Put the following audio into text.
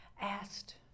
asked